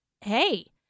hey